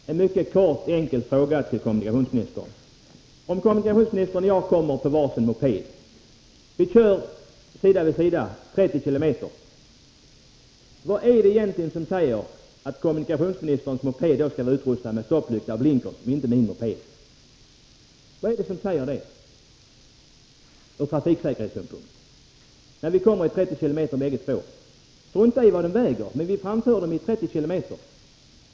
Herr talman! En mycket kort och enkel fråga till kommunikationsministern: Om kommunikationsministern och jag kommer på var sin moped och kör sida vid sida med en hastighet av 30 km tim.